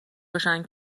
روشن